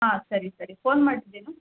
ಹಾಂ ಸರಿ ಸರಿ ಫೋನ್ ಮಾಡಿದ್ದೇನು